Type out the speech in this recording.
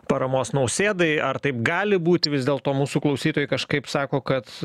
paramos nausėdai ar taip gali būt vis dėlto mūsų klausytojai kažkaip sako kad